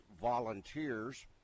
Volunteers